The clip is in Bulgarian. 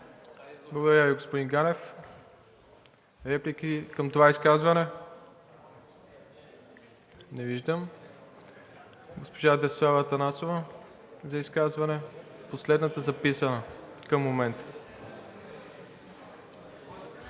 Благодаря Ви, господин Ганев. Реплики към това изказване? Не виждам. Госпожа Десислава Атанасова за изказване – последната записана към момента.